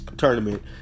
tournament